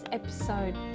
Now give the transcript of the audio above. episode